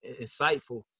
insightful